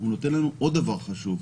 אלא הוא נותן לנו עוד דבר חשוב: